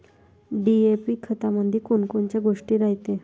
DAP खतामंदी कोनकोनच्या गोष्टी रायते?